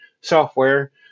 software